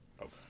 Okay